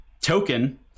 token